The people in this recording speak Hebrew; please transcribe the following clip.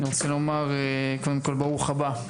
אני רוצה לומר, קודם כל, ברוך הבא,